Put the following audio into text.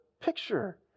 picture